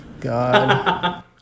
God